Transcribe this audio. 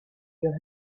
your